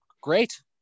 great